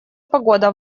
погода